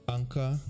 Anchor